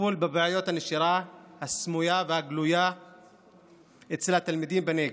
וטיפול בבעיות הנשירה הסמויה והגלויה אצל התלמידים בנגב,